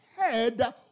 head